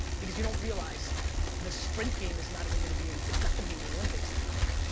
because you don't realize the sprint game is not even gonna be in, it's not gonna be in the olympics anymore.